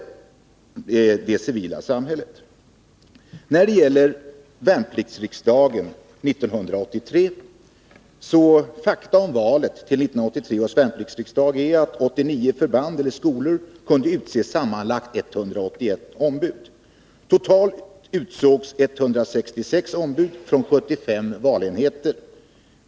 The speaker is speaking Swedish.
Fakta om valet till 1983 års värnpliktsriksdag är att 89 förband eller skolor kunde utse sammanlagt 181 ombud. Totalt utsågs 166 ombud från 75 valenheter.